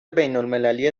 بینالمللی